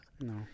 No